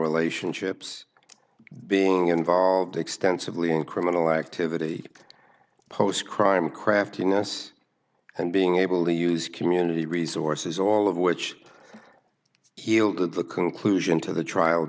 relationships being involved extensively in criminal activity post crime craftiness and being able to use community resources all of which healed the conclusion to the trial